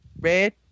Red